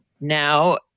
Now